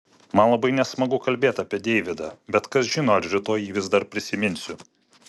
man labai nesmagu kalbėti apie deividą bet kas žino ar rytoj jį vis dar prisiminsiu